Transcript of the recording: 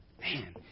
Man